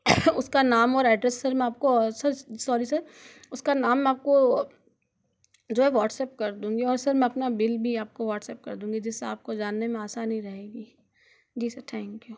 उसका नाम और अड्रेस सर मैं आपको सर सॉरी सर उसका नाम मैं आपको जो है व्हाट्सप्प कर दूँगी और सर मैं अपना बिल भी आपको व्हाट्सप्प कर दूँगी जिसे आपको जानने में आपको आसानी रहेगी जी सर थेंनक्यू